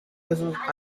esos